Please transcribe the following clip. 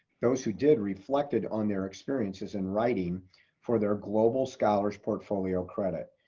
those who did reflected on their experiences in writing for their global scholars' portfolio credit.